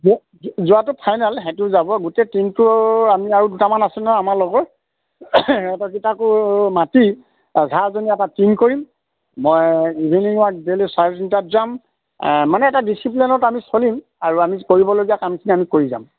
যোৱাটো ফাইনেল সেহেঁতিও যাব গোটেই টিমটো আমি আৰু দুটামান আছে নহয় আমাৰ লগৰ সিহঁতৰকেইটাকো মাতি এঘাৰজনীয়া এটা টিম কৰিম মই ইভিনিং ৱাক ডেইলী চাৰে তিনিটাত যাম মানে এটা ডিচিপ্লিনত আমি চলিম আৰু আমি কৰিবলগীয়া কামখিনি আমি কৰি যাম